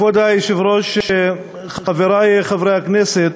כבוד היושב-ראש, חברי חברי הכנסת,